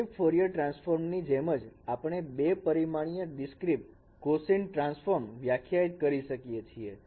discrete Fourier transform ની જેમજ આપણે બે પરિમાણીય ડિસ્ક્રિટ કોસિન ટ્રાન્સફોર્મ વ્યાખ્યાયિત કરી શકીએ છીએ